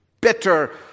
bitter